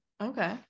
Okay